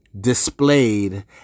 displayed